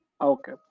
Okay